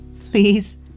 Please